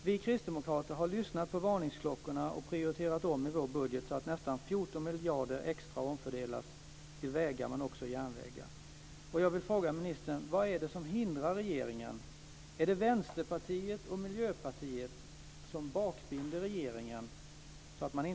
Vi kristdemokrater har lyssnat på varningsklockorna och prioriterat om i vår budget så att nästan 14